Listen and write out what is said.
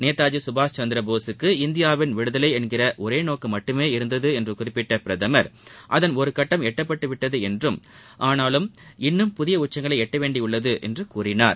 நேதாஜி சுபாஷ் சந்திரபோஸுக்கு இந்தியாவின் விடுதலை என்கிற ஒரே நோக்கம் மட்டுமே இருந்தது என்று குறிப்பிட்ட பிரதமர் அதன் ஒருகட்டம் எட்டப்பட்டு விட்டுத என்றும் ஆனால் இன்னும் புதிய ப உச்சங்களை எட்ட வேண்டியுள்ளது என்றார்